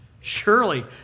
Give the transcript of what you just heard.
Surely